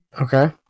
Okay